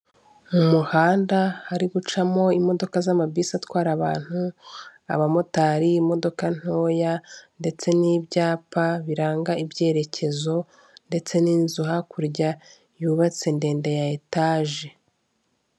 Mu muhanda hari gucamo imodoka z'amabisi atwara abantu, abamotari, imodoka ntoya ndetse n'ibyapa biranga ibyerekezo ndetse n'inzu hakurya yubatse ndende ya etaje.